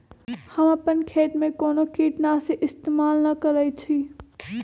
हम अपन खेत में कोनो किटनाशी इस्तमाल न करई छी